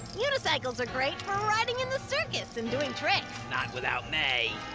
unicycles are great for riding in the circus and doing tricks. not without me.